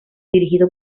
dirigido